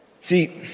See